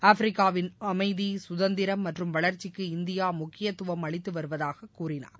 ஆப்பிரிக்காவில் அமைதி சுதந்திரம் மற்றும் வளர்ச்சிக்கு இந்தியா முக்கியத்துவம அளித்து வருவதாக கூறினார்